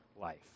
life